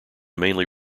mainly